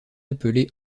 appelé